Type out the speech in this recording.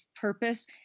purpose